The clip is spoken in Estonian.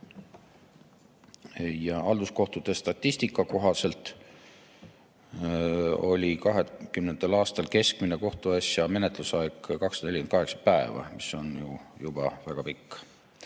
ja halduskohtute statistika kohaselt oli 2020. aastal keskmine kohtuasja menetlusaeg 248 päeva, mis on ju väga pikk